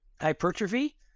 Hypertrophy